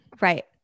Right